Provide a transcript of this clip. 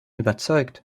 überzeugt